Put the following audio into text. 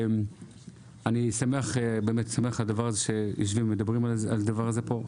אני באמת שמח שיושבים ומדברים על זה פה.